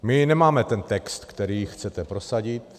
My nemáme ten text, který chcete prosadit.